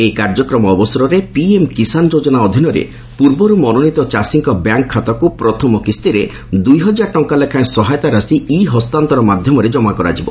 ଏହି କାର୍ଯ୍ୟକ୍ରମ ଅବସରରେ ପିଏମ୍ କିଷାନ ଯୋଜନା ଅଧୀନରେ ପୂର୍ବରୁ ମନୋନୀତ ଚାଷୀଙ୍କ ବ୍ୟାଙ୍କ୍ ଖାତାକୁ ପ୍ରଥମ କିସ୍ତିରେ ଦୁଇ ହଜାର ଟଙ୍କା ଲେଖାଏଁ ସହାୟତା ରାଶି ଇ ହସ୍ତାନ୍ତର ମାଧ୍ୟମରେ ଜମା କରାଯିବ